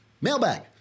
Mailbag